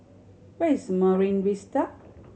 where is Marine Vista